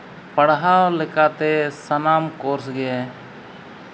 ᱯᱟᱲᱦᱟᱣ ᱞᱮᱠᱟᱛᱮ ᱥᱟᱱᱟᱢ ᱠᱳᱨᱥ ᱜᱮ